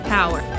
Power